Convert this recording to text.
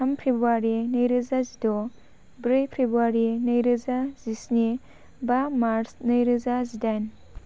थाम फ्रेबुवारि नैरोजा जिद' ब्रै फ्रेबुवारि नैरोजा जिस्नि बा मार्स नैरोजा जिडाइन